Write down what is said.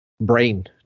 brain